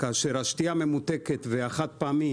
כאשר השתייה הממותקת והחד פעמי,